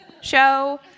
show